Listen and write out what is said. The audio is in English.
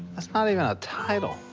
that's not even a title.